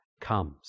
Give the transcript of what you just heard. comes